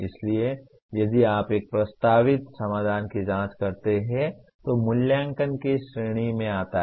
इसलिए यदि आप एक प्रस्तावित समाधान की जांच करते हैं तो मूल्यांकन की श्रेणी में आता है